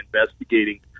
investigating